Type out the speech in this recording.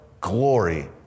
glory